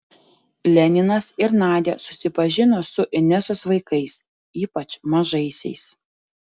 leninas ir nadia susipažino su inesos vaikais ypač mažaisiais